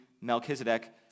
Melchizedek